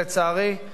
לצערי,